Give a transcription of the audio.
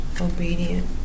Obedient